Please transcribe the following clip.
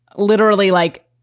literally, like,